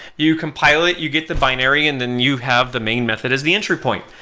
you compile it, you get the binary and then you have the main method as the entry point.